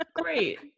Great